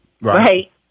right